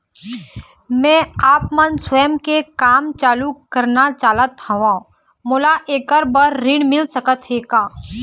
मैं आपमन स्वयं के काम चालू करना चाहत हाव, मोला ऐकर बर ऋण मिल सकत हे का?